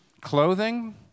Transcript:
clothing